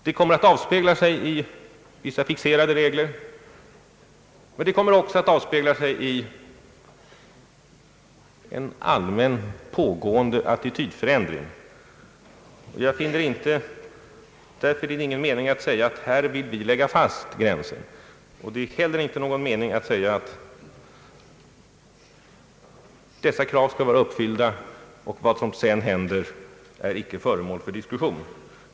Det kommer att avspegla sig i vissa fixerade regler men också i en allmän pågående attitydförändring. Jag finner därför ingen mening i att här lägga fast gränsen. Det är inte heller någon mening i att säga att de och de kraven skall vara uppfyllda och vad som sedan händer är inte föremål för diskussion.